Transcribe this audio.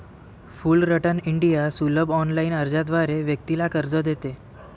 Fullerton India सुलभ online अर्जाद्वारे व्यक्तीला कर्ज देते